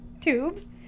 tubes